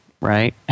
right